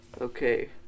Okay